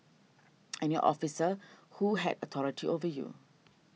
and your officer who had authority over you